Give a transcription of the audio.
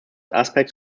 aspects